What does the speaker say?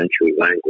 language